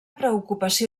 preocupació